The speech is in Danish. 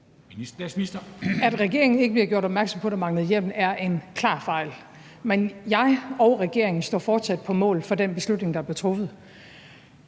At regeringen ikke blev gjort opmærksom på, at der manglede hjemmel, er en klar fejl. Men jeg og regeringen står fortsat på mål for den beslutning, der blev truffet.